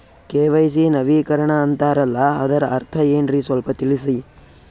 KYC ನವೀಕರಣ ಅಂತಾರಲ್ಲ ಅದರ ಅರ್ಥ ಏನ್ರಿ ಸ್ವಲ್ಪ ತಿಳಸಿ?